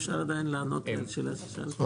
אפשר עדיין לענות על השאלה ששאלתי?